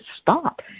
stop